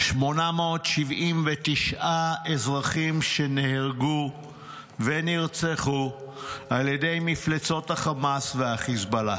879 אזרחים נהרגו ונרצחו על ידי מפלצות החמאס והחיזבאללה,